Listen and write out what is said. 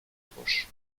proche